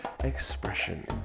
expression